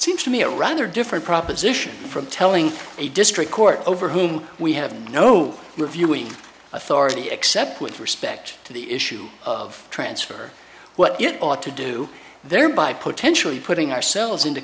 seems to me a rather different proposition from telling a district court over whom we have no reviewing authority except with respect to the issue of transfer what it ought to do thereby potentially putting ourselves into